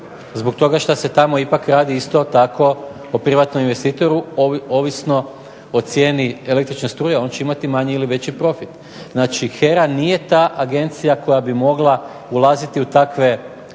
zbog toga što se tamo ipak radi isto tako o privatnom investitoru, ovisno o cijeni električne struje on će imati manji ili veći profit. Znači HERA nije ta agencija koja bi mogla ulaziti u takve